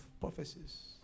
prophecies